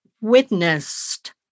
witnessed